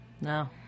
No